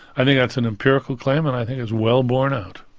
i think that's an empirical claim and i think it's well borne out.